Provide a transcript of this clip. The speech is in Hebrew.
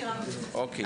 אוקיי.